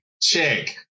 Check